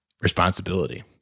responsibility